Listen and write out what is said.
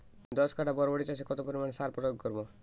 দশ কাঠা বরবটি চাষে কত পরিমাণ সার প্রয়োগ করব?